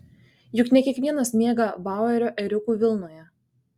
juk ne kiekvienas miega bauerio ėriukų vilnoje